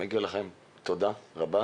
אני אומר לכם תודה רבה.